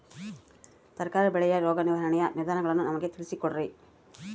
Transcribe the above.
ತರಕಾರಿ ಬೆಳೆಯ ರೋಗ ನಿರ್ವಹಣೆಯ ವಿಧಾನಗಳನ್ನು ನಮಗೆ ತಿಳಿಸಿ ಕೊಡ್ರಿ?